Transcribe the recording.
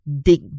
dig